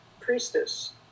priestess